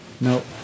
Nope